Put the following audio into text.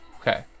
okay